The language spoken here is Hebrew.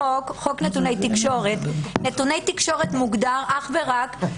מלבד חוק האזנת סתר וחוק נתוני תקשורת יש את פקודת סדר הדין